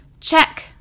Check